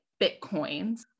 bitcoins